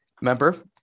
member